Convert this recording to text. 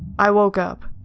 i woke up.